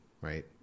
right